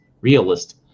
realist